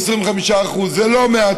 25%. זה לא מעט,